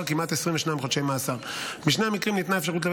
לפני כשנתיים נחקק בכנסת תיקון